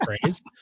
phrase